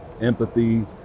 empathy